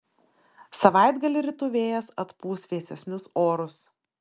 savaitgalį rytų vėjas atpūs vėsesnius orus